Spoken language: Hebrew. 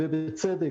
ובצדק,